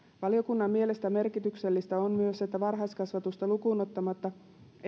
valiokunnan mielestä merkityksellistä on myös että varhaiskasvatusta lukuun ottamatta